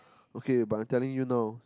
okay but I'm telling you know